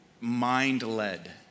mind-led